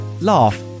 laugh